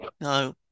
No